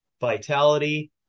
vitality